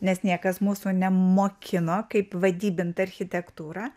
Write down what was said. nes niekas mūsų nemokino kaip vadybint architektūrą